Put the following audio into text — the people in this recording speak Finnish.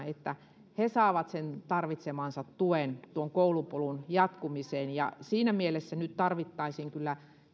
että he saavat sen tarvitsemansa tuen tuon koulupolun jatkumiseen siinä mielessä nyt tarvittaisiin kyllä